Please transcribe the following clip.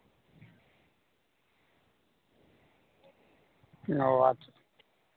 ᱚ ᱟᱪᱪᱷᱟ